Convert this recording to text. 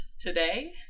today